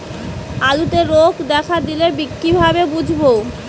আলুতে রোগ দেখা দিলে কিভাবে বুঝবো?